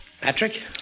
Patrick